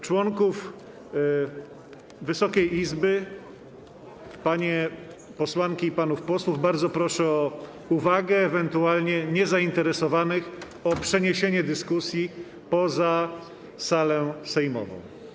Członków Wysokiej Izby, panie posłanki i panów posłów, bardzo proszę o uwagę, a ewentualnie niezainteresowanych - o przeniesienie dyskusji poza salę sejmową.